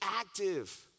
active